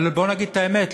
אבל בואו נגיד את האמת,